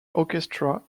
orchestra